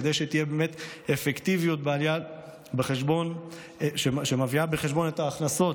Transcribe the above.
כדי שתהיה באמת אפקטיביות שמביאה בחשבון את ההכנסות